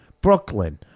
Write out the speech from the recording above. Brooklyn